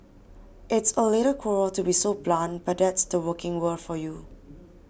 it's a little cruel to be so blunt but that's the working world for you